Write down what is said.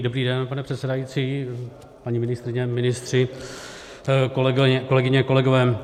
Dobrý den, pane předsedající, paní ministryně, ministři, kolegyně, kolegové.